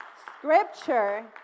scripture